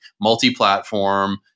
multi-platform